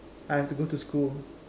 I have to go to school